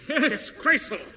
Disgraceful